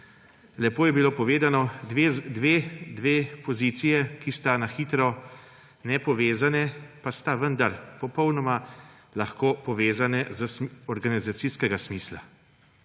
Lepo je bilo povedano, dve pozicije, ki sta na hitro nepovezane, pa sta vendar popolnoma lahko povezane iz organizacijskega smisla.